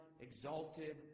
exalted